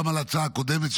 גם על ההצעה הקודמת,